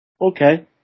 Okay